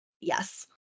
Yes